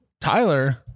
Tyler